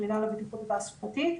של מנהל הבטיחות התעסוקתי,